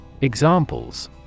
Examples